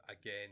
again